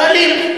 הם שואלים.